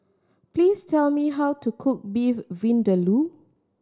please tell me how to cook Beef Vindaloo